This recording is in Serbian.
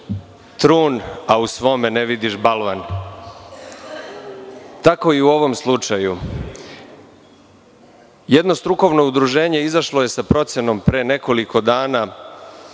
trun, a u svom ne vidiš balvan. Tako je i u ovom slučaju. Jedno strukovno udruženje je izašlo sa procenom pre nekoliko dana